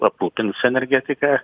aprūpins energetika